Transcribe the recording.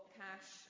cash